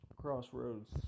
Crossroads